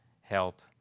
help